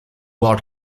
ward